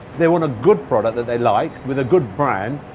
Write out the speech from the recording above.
they want a good product that they like with a good brand,